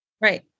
Right